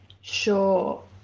Sure